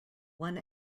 one